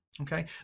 Okay